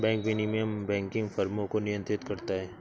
bank विनियमन banking फ़र्मों को नियंत्रित करता है